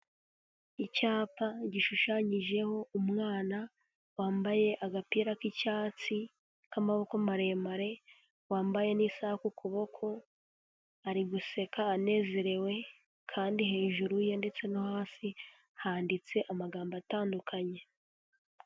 Icyapa gishushanyijeho umwana, wambaye agapira k'icyatsi, k'amaboko maremare, wambaye n'isaha ku ku boko, ari guseka anezerewe, kandi hejuru ye ndetse no hasi, handitse amagambo atandukanye.